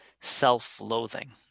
self-loathing